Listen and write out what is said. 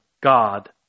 God